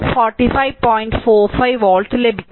45 volt ലഭിക്കും